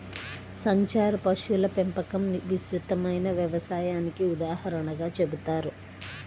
సంచార పశువుల పెంపకం విస్తృతమైన వ్యవసాయానికి ఉదాహరణగా చెబుతారు